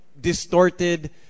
distorted